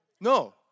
No